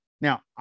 Now